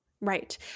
Right